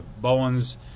Bowens